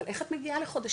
אבל איך את מגיעה לחודשים,